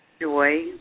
joy